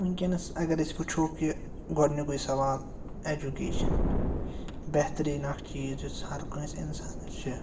وٕنۍکٮ۪نَس اگر أسۍ وٕچھو کہِ گۄڈٕنیُکُے سوال ایٚجوٗکیشَن بہتریٖن اَکھ چیٖز یُس ہر کٲنٛسہِ اِنسانَس چھِ